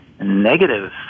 negative